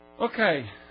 Okay